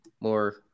more